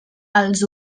els